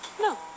no